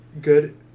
good